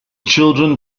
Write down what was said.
children